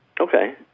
Okay